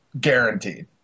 Guaranteed